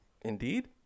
Indeed